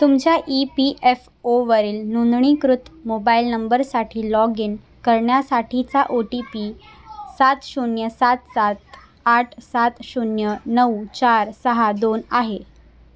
तुमच्या E P F ओवरील नोंदणीकृत मोबाईल नंबरसाठी लॉग इन करण्यासाठीचा ओ टी पी सात शून्य सात सात आठ सात शून्य नऊ चार सहा दोन आहे